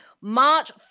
March